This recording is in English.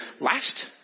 last